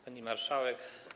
Pani Marszałek!